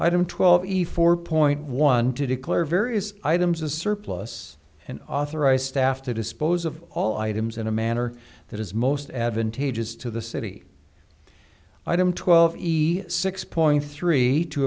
don't twelve efore point one to declare various items a surplus and authorize staff to dispose of all items in a manner that is most advantageous to the city item twelve easy six point three